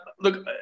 Look